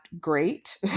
great